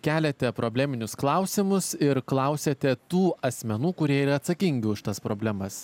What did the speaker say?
keliate probleminius klausimus ir klausiate tų asmenų kurie yra atsakingi už tas problemas